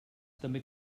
també